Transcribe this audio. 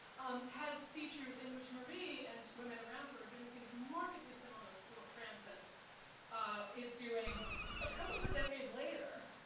um has features in which marie and women around her are doing things markedly similar to what francis is doing a couple of decades later